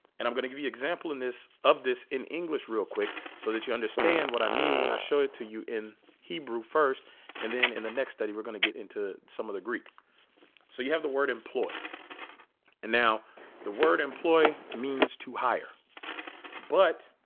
and i'm gonna give you example in this of this in english real quick so that you understand what i mean when i show it to you in hebrew first and then in the next study we're gonna get into some of the greek so you have the word employee and now the word employee means to hire but